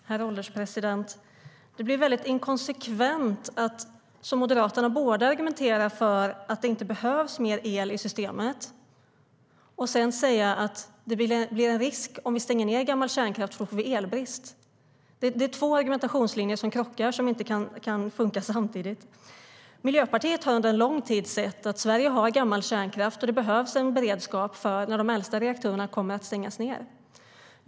Herr ålderspresident! Det blir inkonsekvent att som Moderaterna argumentera för att det inte behövs mer el i systemet och sedan säga att om vi stänger ned gammal kärnkraft är det risk för att vi får elbrist. Det är två argumentationslinjer som krockar, som inte kan fungera samtidigt. Miljöpartiet har under lång tid sett att Sverige har gammal kärnkraft och att det behövs en beredskap för när de äldsta reaktorerna stängs ned.